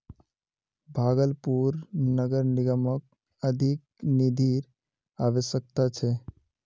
भागलपुर नगर निगमक अधिक निधिर अवश्यकता छ